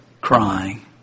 crying